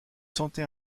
sentez